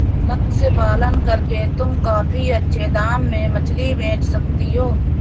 मत्स्य पालन करके तुम काफी अच्छे दाम में मछली बेच सकती हो